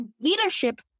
leadership